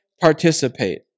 participate